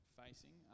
facing